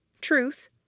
Truth